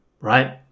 right